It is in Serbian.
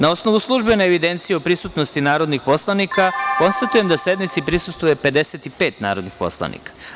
Na osnovu službene evidencije o prisutnosti narodnih poslanika, konstatujem da sednici prisustvuje 55 narodnih poslanika.